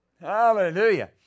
hallelujah